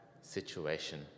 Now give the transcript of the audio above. situation